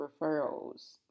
referrals